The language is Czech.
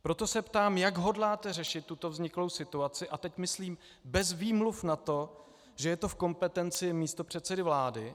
Proto se ptám, jak hodláte řešit tuto vzniklou situaci, a teď myslím bez výmluv na to, že je to v kompetenci místopředsedy vlády.